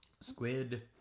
squid